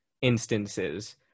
instances